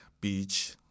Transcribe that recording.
Beach